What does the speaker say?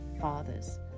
fathers